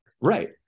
Right